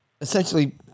essentially